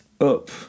up